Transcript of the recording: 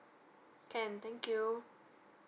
can thank you